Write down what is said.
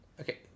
okay